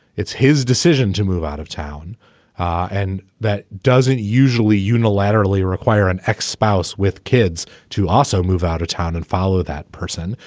it's his decision to move out of town and that doesn't usually unilaterally require an ex spouse with kids to also move out of town and follow that person.